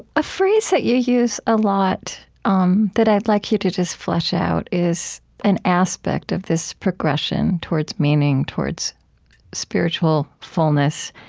a phrase that you use a lot um that i'd like you to just flesh out is an aspect of this progression towards meaning, towards spiritual fullness,